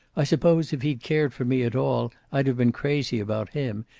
i suppose, if he'd cared for me at all, i'd have been crazy about him.